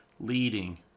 Leading